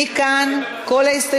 לא.